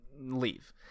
leave